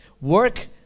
work